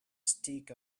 stick